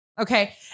okay